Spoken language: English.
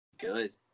good